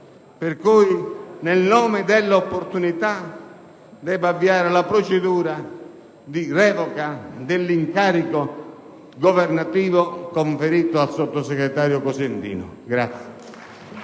per cui nel nome dell'opportunità debba avviare la procedura di revoca dell'incarico governativo conferito al sottosegretario Cosentino.